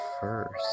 First